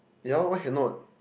yea why cannot